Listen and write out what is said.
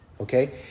Okay